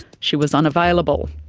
she was unavailable.